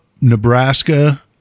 nebraska